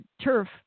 turf